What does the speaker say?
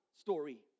story